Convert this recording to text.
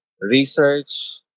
research